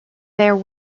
there